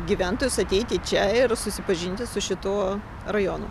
gyventojus ateiti čia ir susipažinti su šituo rajonu